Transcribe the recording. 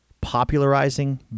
popularizing